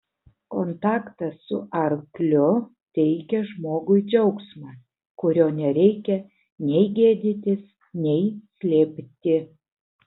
kontaktas su arkliu teikia žmogui džiaugsmą kurio nereikia nei gėdytis nei slėpti